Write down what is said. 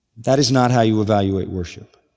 that is not how you evaluate worship.